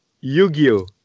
Yu-Gi-Oh